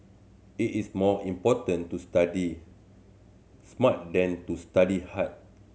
it is more important to study smart than to study hard